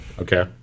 Okay